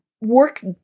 work